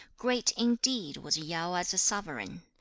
great indeed was yao as a sovereign!